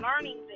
learning